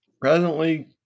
presently